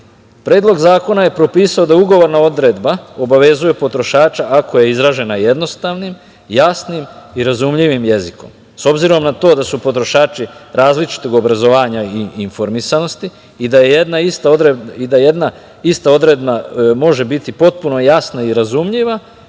poslao. Predlog zakona je propisao da ugovorna odredba obavezuje potrošača ako je izražena jednostavnim, jasnim i razumljivim jezikom. S obzirom na to da su potrošači različitog obrazovanja i informisanosti i da je jedna ista odredba može biti potpuno jasna i razumljiva